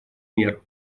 мер